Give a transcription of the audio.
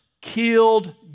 killed